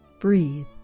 breathe